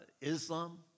Islam